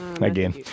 again